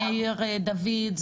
מאיר דוד?